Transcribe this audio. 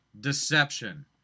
deception